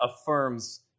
affirms